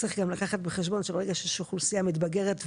צריך גם לקחת בחשבון שברגע שיש אוכלוסייה מתבגרת,